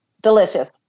Delicious